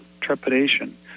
trepidation